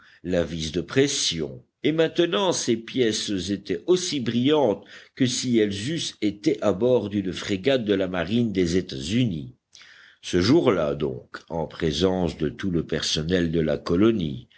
la vis de pression et maintenant ces pièces étaient aussi brillantes que si elles eussent été à bord d'une frégate de la marine des états-unis ce jour-là donc en présence de tout le personnel de la colonie